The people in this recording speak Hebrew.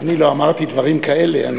אני לא אמרתי דברים כאלה.